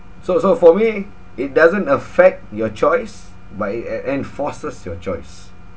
so so for me it doesn't affect your choice but it en~ enforces your choice